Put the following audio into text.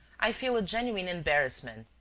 i feel a genuine embarrassment,